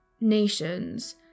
nations